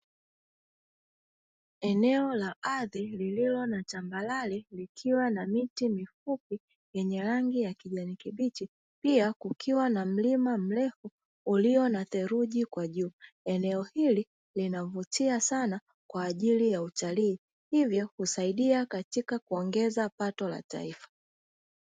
eneo la ardhi lililo na tambarare likiwa na miti mifupi yenye rangi ya kijani kibichi pia kukiwa na mlima mrefu ulio na theluji kwa juu, eneo hili linavutia sana kwa ajili ya utalii hivyo husaidia katika kuongeza pato la taifa.